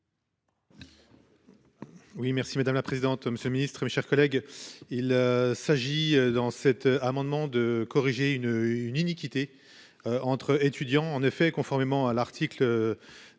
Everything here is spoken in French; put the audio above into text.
Oui merci madame la présidente. Monsieur le Ministre, mes chers collègues. Il s'agit dans cet amendement de corriger une une iniquité. Entre étudiants en effet conformément à l'article.